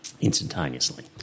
instantaneously